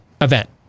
event